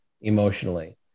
emotionally